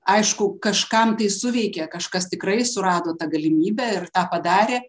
aišku kažkam tai suveikė kažkas tikrai surado tą galimybę ir tą padarė